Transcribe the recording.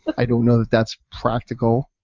i don't know that that's practical,